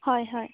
হয় হয়